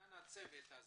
בעניין הצוות הזה,